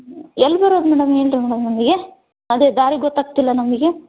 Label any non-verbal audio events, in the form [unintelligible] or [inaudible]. ಎಲ್ಲಿ ಬರೋದು ಮೇಡಮ್ [unintelligible] ಅದೇ ದಾರಿ ಗೊತ್ತಾಗ್ತಿಲ್ಲ ನಮಗೆ